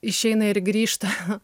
išeina ir grįžta